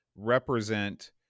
represent